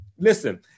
Listen